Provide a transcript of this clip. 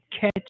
catch